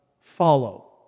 follow